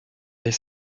les